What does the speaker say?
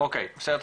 אוקי בסדר,